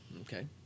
Okay